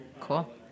Cool